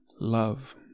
love